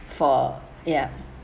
for yeah